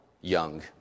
Young